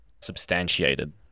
substantiated